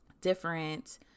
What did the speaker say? Different